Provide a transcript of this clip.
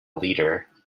leader